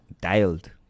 Dialed